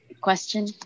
question